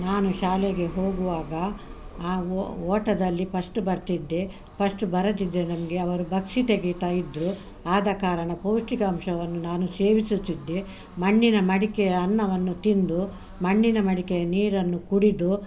ನಾನು ಶಾಲೆಗೆ ಹೋಗುವಾಗ ಆ ಒ ಓಟದಲ್ಲಿ ಫಸ್ಟ್ ಬರ್ತಿದ್ದೆ ಫಸ್ಟ್ ಬರದಿದ್ದರೆ ನಮಗೆ ಅವರು ಬಕ್ಷಿ ತೆಗೆತಾ ಇದ್ದರು ಆದ ಕಾರಣ ಪೌಷ್ಟಿಕಾಂಶವನ್ನು ನಾನು ಸೇವಿಸುತ್ತಿದ್ದೆ ಮಣ್ಣಿನ ಮಡಿಕೆಯ ಅನ್ನವನ್ನು ತಿಂದು ಮಣ್ಣಿನ ಮಡಿಕೆಯ ನೀರನ್ನು ಕುಡಿದು